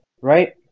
right